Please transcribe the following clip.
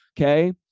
okay